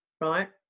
right